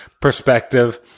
perspective